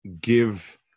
give